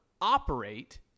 operate